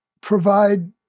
provide